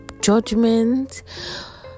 judgment